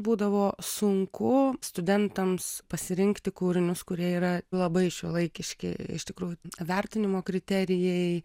būdavo sunku studentams pasirinkti kūrinius kurie yra labai šiuolaikiški iš tikrųjų vertinimo kriterijai